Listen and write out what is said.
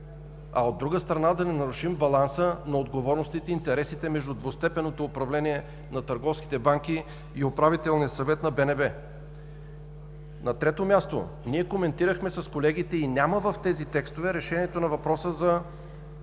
а от друга страна, да не нарушим баланса на отговорностите и интересите между двустепенното управление на търговските банки и Управителния съвет на БНБ. На трето място, ние коментирахме с колегите, че в тези текстове няма решение на въпроса за